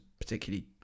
particularly